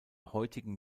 heutigen